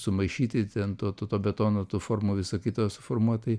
sumaišyti ten to to betono tų formų viso kito suformuot tai